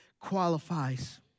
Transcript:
qualifies